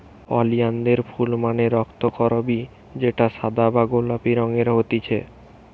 ওলিয়ানদের ফুল মানে রক্তকরবী যেটা সাদা বা গোলাপি রঙের হতিছে